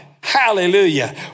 hallelujah